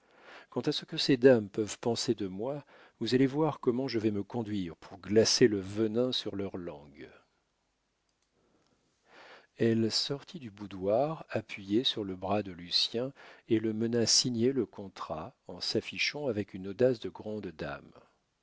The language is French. quant à ce que ces dames peuvent penser de moi vous allez voir comment je vais me conduire pour glacer le venin sur leurs langues elle sortit du boudoir appuyée sur le bras de lucien et le mena signer le contrat en s'affichant avec une audace de grande dame